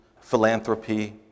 philanthropy